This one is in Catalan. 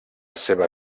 seva